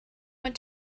went